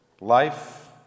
Life